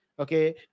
Okay